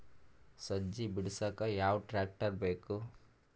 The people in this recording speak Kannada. ಸಜ್ಜಿ ಬಿಡಸಕ ಯಾವ್ ಟ್ರ್ಯಾಕ್ಟರ್ ಬೇಕು?